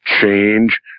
change